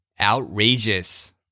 Outrageous